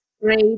great